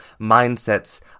mindsets